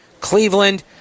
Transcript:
Cleveland